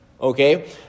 Okay